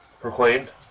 proclaimed